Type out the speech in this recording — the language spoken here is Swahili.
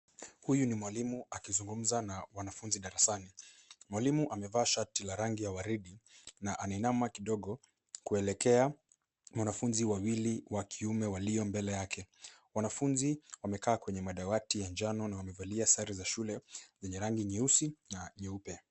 Huyu ni mwalimu akizungumza na wanafunzi darasani, mwalimu amevaa shati la rangi ya waridi na anainama kidogo kuelekea kwa wanafunzi wawili wakiume walio mbele yake, wamafunzi wamekaa kwenye madawati ya njano na wamevalia sare za shule zenye rangi yeusi na nyeupe.